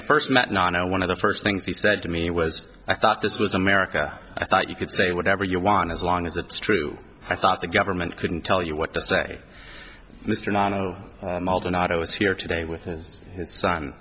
i first met nonno one of the first things he said to me was i thought this was america i thought you could say whatever you want as long as it's true i thought the government couldn't tell you what to say mr nonono not i was here today with his